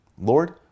Lord